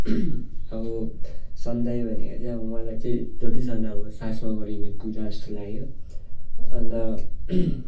अब सन्ध्या भनेको चाहिँ अब मलाई चाहिँ जतिसम्म अब साँझमा गरिने पूजा जस्तो लाग्यो अन्त